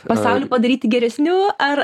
pasaulį padaryti geresniu ar